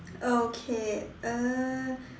okay uh